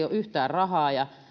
ole yhtään rahaa ja